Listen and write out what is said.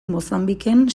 mozambiken